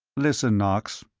listen, knox.